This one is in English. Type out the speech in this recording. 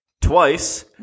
twice